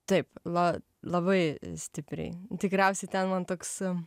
taip la labai stipriai tikriausiai ten man toks